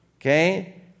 Okay